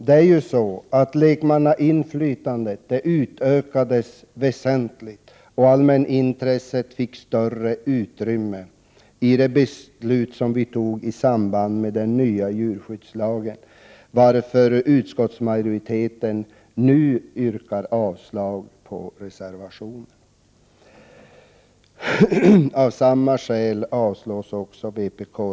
Det är ju så att lekmannainflytandet utökades väsentligt och allmänintresset fick större utrymme i och med det beslut som vi fattade i samband med antagandet av den nya djurskyddslagen, varför utskottsmajoriteten nu yrkar avslag på reservationen.